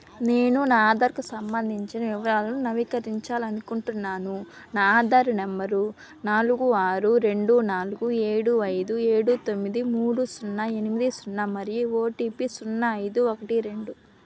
నేను నా ఆధార్కు సంబంధించిన వివరాలను నవీకరించాలి అనుకుంటున్నాను నా ఆధారు నెంబరు నాలుగు ఆరు రెండు నాలుగు ఏడు ఐదు ఏడు తొమ్మిది మూడు సున్నా ఎనిమిది సున్నా మరియు ఓటీపీ సున్నా ఐదు ఒకటి రెండు